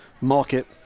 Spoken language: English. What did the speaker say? market